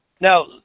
now